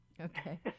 Okay